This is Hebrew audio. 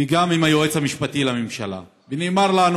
וגם עם היועץ המשפטי לממשלה, נאמר לנו